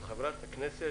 של חברת הכנסת